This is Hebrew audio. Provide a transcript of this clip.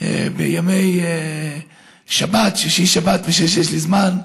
בימי שישי, שבת, כשיש לי זמן.